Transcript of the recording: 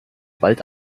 bald